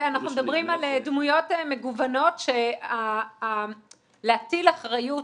מדברים על דמויות מגוונות - להטיל אחריות,